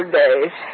days